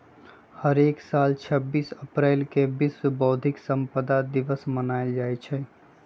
हरेक साल छब्बीस अप्रिल के विश्व बौधिक संपदा दिवस मनाएल जाई छई